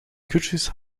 cursus